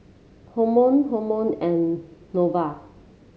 Hormel Hormel and Nova